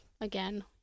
again